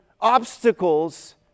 obstacles